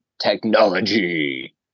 technology